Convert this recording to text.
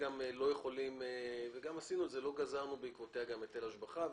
לא גזרנו בעקבותיה גם היטל השבחה.